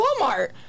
walmart